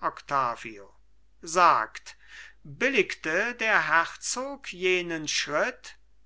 octavio sagt billigte der herzog jenen schritt